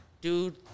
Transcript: Dude